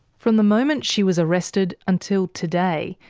from the moment she was arrested, until today,